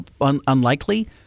unlikely